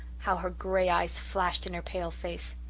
how her grey eyes flashed in her pale face.